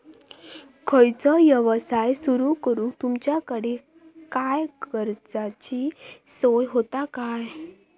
खयचो यवसाय सुरू करूक तुमच्याकडे काय कर्जाची सोय होता काय?